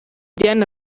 diane